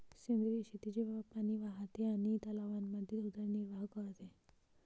सेंद्रिय शेतीचे पाणी वाहते आणि तलावांमध्ये उदरनिर्वाह करते